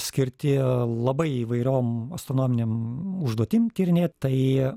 skirti labai įvairiom astronominėm užduotim tyrinėt tai